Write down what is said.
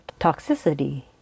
toxicity